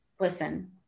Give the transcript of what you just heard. Listen